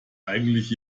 eigentlich